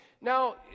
Now